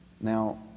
now